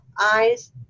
eyes